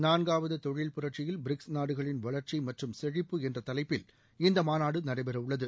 நான்காவது தொழில் புரட்சியில் பிரிக்ஸ் நாடுகளின் வளர்ச்சி மற்றும் செழிப்பு என்ற தலைப்பில் இந்த மாநாடு நடைபெறவுள்ளது